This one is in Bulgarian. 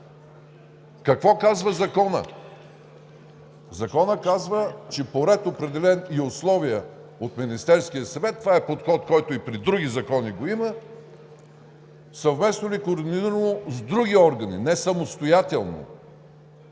Какво казва Законът? Законът казва, че по ред и условия, определени от Министерския съвет – това е подход, който и при други закони го има, съвместно и координирано с други органи – не самостоятелно,